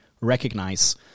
recognize